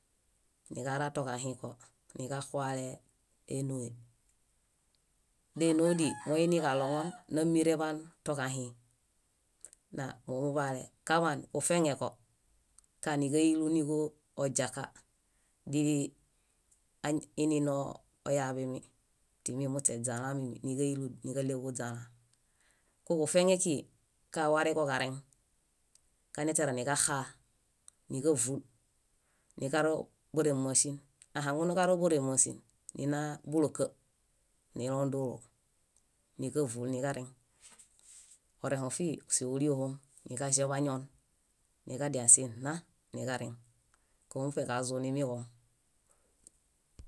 . Niġara toġahĩko, niġaxuale énoe. Dénodi moiniġaɭo ŋon? Námireḃaan toġahĩ. Na móo muḃale. Kaḃaan kufeŋeko, kániġailuniġo oźiaka, dílii inino oyaḃimi, timi muśe źalã mími níġailu, níġaɭeġu źalã. Kuġufeŋe kíġi kawareġoġareŋ. Kañatiaralo niġaxaa, níġavu, niġaro bóremaŝin. Ahaŋunuġaro bóremaŝin, ninaa búloka nilõ dóolo, níġavu niġareŋ. Orẽho fíhi síoliohom: niġaĵebañon, niġadia sinna niġareŋ. Kóo muṗeġazuniġom.